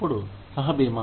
అప్పుడు సహబీమా